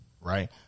right